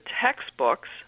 textbooks